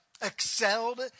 excelled